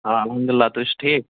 اوا الحمدُاللہ تُہۍ چھِو ٹھیٖک